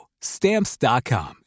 Stamps.com